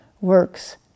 works